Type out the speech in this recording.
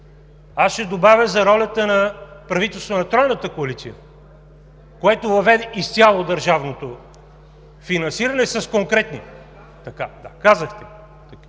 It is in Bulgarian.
Аз ще добавя за ролята на правителството на Тройната коалиция, което въведе изцяло държавното финансиране, с конкретни факти.